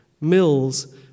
Mills